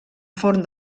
forn